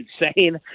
insane